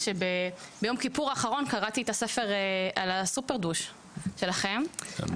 ביום כיפור האחרון קראתי את הספר שלכם על הסופר דוש תוך כמה שעות.